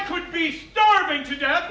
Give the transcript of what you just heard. i could be starving to death